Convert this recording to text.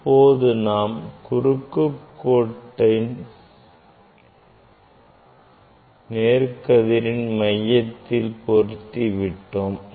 இப்போது நாம் குறுக்கு கோட்டை நேர்கதிரின் மையத்தில் பொருத்தி விட்டோம்